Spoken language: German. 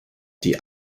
die